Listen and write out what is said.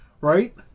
Right